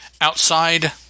Outside